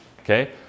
Okay